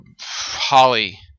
Holly